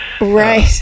right